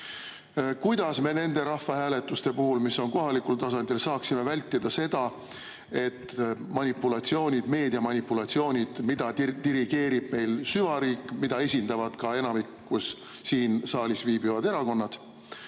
Kuidas me nende rahvahääletuste puhul, mis on kohalikul tasandil, saaksime vältida seda, et meedia manipulatsioonid, mida dirigeerib meil süvariik, mida esindavad ka enamikus siin saalis viibivad erakonnad,